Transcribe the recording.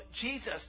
Jesus